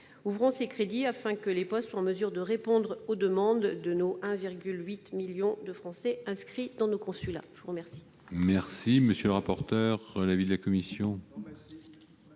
Ouvrons ces crédits, afin que les CCPAS soient en mesure de répondre aux demandes du 1,8 million de Français inscrits dans nos consulats. Quel